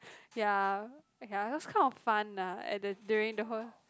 ya ya it was kind of fun lah at the during the whole